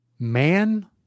Man